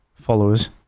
followers